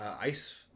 ice